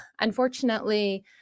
unfortunately